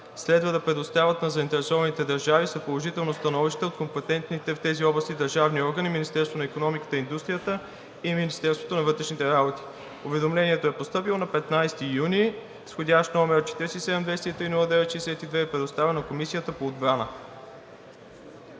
следва да се предоставят на заинтересованите държави за положително становище от компетентните в тези области държавни органи – Министерството на икономиката и индустрията и Министерството на вътрешните работи. Уведомлението е постъпило на 15 юни 2022 г. с вх. № 47 203 09 62 и е предоставено на Комисията по отбрана.